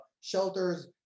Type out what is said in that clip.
shelters